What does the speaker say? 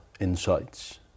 insights